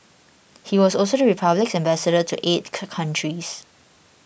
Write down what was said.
he was also the Republic's Ambassador to eight countries